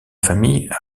famille